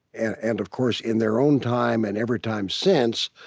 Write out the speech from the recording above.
and, of course, in their own time and every time since,